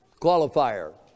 Qualifier